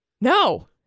no